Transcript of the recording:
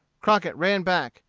crockett ran back,